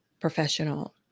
professional